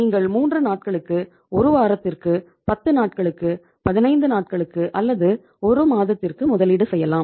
நீங்கள் மூன்று நாட்களுக்கு ஒரு வாரத்திற்கு 10 நாட்களுக்கு 15 நாட்களுக்கு அல்லது ஒரு மாதத்திற்கு முதலீடு செய்யலாம்